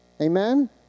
Amen